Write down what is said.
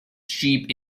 sheep